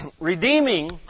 Redeeming